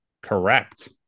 Correct